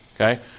Okay